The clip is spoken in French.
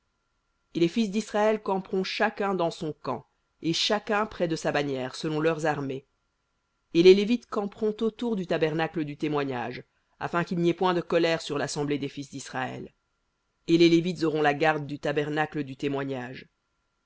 et les fils d'israël camperont chacun dans son camp et chacun près de sa bannière selon leurs armées et les lévites camperont autour du tabernacle du témoignage afin qu'il n'y ait point de colère sur l'assemblée des fils d'israël et les lévites auront la garde du tabernacle du témoignage